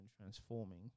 transforming